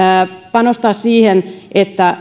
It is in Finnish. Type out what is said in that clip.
panostaa myöskin siihen että